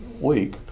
week